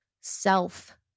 self